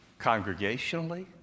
congregationally